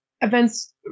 events